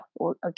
okay